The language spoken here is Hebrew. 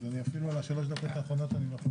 אז אני אפילו על שלוש הדקות האחרונות אני מאחר.